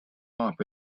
off